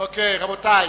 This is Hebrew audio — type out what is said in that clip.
אוקיי, רבותי,